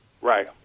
Right